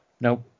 nope